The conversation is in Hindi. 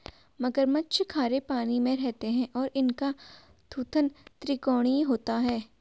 मगरमच्छ खारे पानी में रहते हैं और इनका थूथन त्रिकोणीय होता है